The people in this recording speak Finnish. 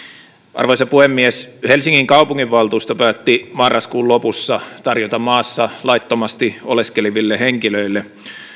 arvoisa puhemies helsingin kaupunginvaltuusto päätti marraskuun lopussa tarjota maassa laittomasti oleskeleville henkilöille